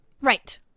Right